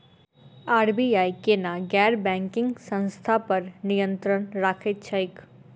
RBI केना गैर banking संस्था पर नियत्रंण राखैत छैक?